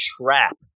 trap